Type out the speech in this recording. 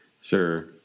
Sure